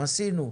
עשינו,